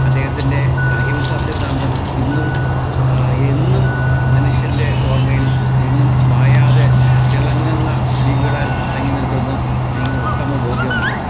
അദ്ദേഹത്തിൻ്റെ അഹിംസ സിദ്ധാന്തം ഇന്നും എന്നും മനുഷ്യൻ്റെ ഓർമ്മയിൽ എങ്ങും മായാതെ തിളങ്ങുന്ന ലിപികളാൽ തങ്ങി നിൽക്കുന്നു എനിക്ക് ഉത്തമ ബോധ്യം ഉണ്ട്